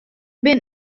bin